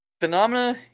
Phenomena